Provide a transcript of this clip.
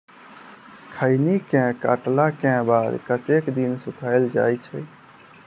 खैनी केँ काटला केँ बाद कतेक दिन सुखाइल जाय छैय?